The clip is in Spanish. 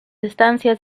estancias